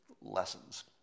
lessons